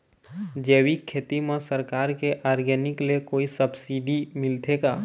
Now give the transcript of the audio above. जैविक खेती म सरकार के ऑर्गेनिक ले कोई सब्सिडी मिलथे का?